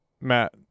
Matt